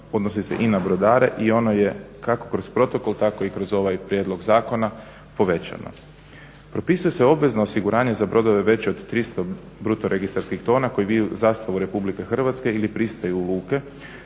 odnosi se i na brodare, i ono je kako kroz protokol tako i kroz ovaj prijedlog zakona povećano. Propisuje se obvezno osiguranje za brodove veće od 300 bruto registarskih tona koji viju zastavu RH ili pristaju u luke